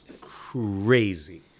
crazy